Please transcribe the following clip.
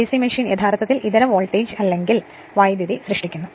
DC machine യഥാർത്ഥത്തിൽ ഇതര voltage അല്ലെങ്കിൽ വൈദ്യുതി സൃഷ്ടിക്കുന്നു